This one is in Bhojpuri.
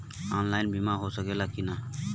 ऑनलाइन बीमा हो सकेला की ना?